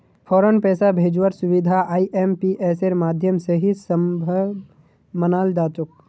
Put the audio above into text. फौरन पैसा भेजवार सुबिधा आईएमपीएसेर माध्यम से ही सम्भब मनाल जातोक